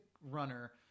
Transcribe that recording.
runner